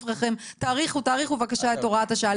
אחריכם תאריכו בבקשה את הוראת השעה.